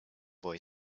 boy